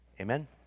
Amen